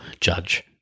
judge